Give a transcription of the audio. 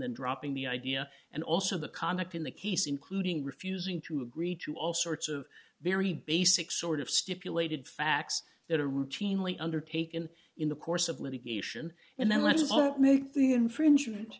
then dropping the idea and also the conduct in the case including refusing to agree to all sorts of very basic sort of stipulated facts that are routinely undertaken in the course of litigation and then let's not make the infringement